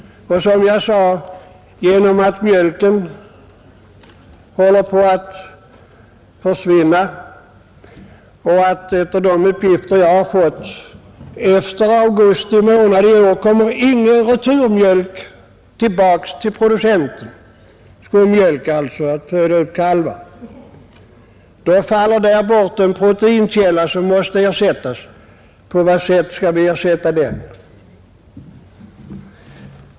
Mjölken håller som sagt på att minska. Enligt de uppgifter jag fått kommer efter augusti månad i år ingen skummjölk att gå i retur till producenterna för uppfödning av kalvar, och då faller där bort en proteinkälla. Den måste ersättas. Hur skall vi ersätta den?